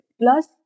Plus